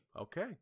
Okay